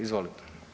Izvolite.